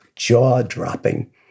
jaw-dropping